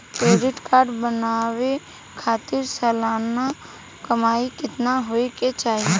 Credit card बनवावे खातिर सालाना कमाई कितना होए के चाही?